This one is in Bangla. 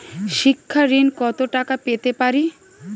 শিক্ষা ঋণ কত টাকা পেতে পারি?